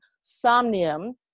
Somnium